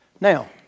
Now